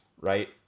right